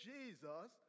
Jesus